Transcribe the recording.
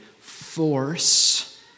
force